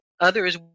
others